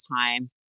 time